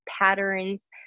patterns